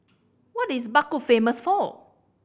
what is Baku famous for